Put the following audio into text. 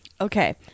okay